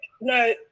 no